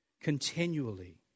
Continually